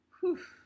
Whew